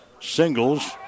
singles